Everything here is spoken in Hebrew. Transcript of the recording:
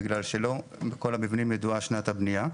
בגלל שלא כל המבנים ידועה שנת הבנייה.